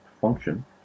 function